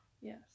Yes